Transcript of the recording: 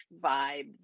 vibe